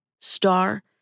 star